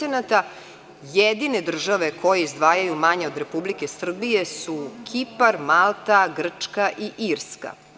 Jedine države koje izdvajaju manje od Republike Srbije su Kipar, Malta, Grčka i Irska.